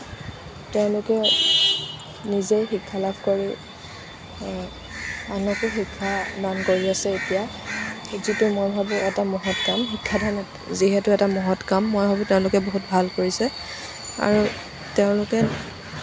তেওঁলোকে নিজেই শিক্ষা লাভ কৰি আনকো শিক্ষা দান কৰি আছে এতিয়া যিটো মই ভাবোঁ এটা মহৎ কাম শিক্ষাদান যিহেতু এটা মহৎ কাম মই ভাবোঁ তেওঁলোকে বহুত ভাল কৰিছে আৰু তেওঁলোকে